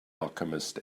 alchemist